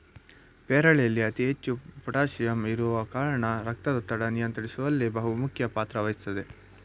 ಪೇರಳೆಯಲ್ಲಿ ಅತಿ ಹೆಚ್ಚು ಪೋಟಾಸಿಯಂ ಇರುವ ಕಾರಣ ರಕ್ತದೊತ್ತಡ ನಿಯಂತ್ರಿಸುವಲ್ಲಿ ಬಹುಮುಖ್ಯ ಪಾತ್ರ ವಹಿಸ್ತದೆ